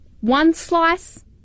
one-slice